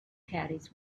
caddies